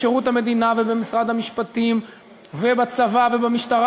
בשירות המדינה ובמשרד המשפטים ובצבא ובמשטרה